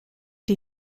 die